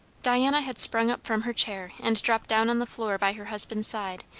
diana had sprung up from her chair and dropped down on the floor by her husband's side,